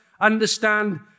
understand